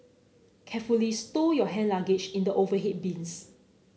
carefully stow your hand luggage in the overhead bins